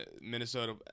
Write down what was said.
Minnesota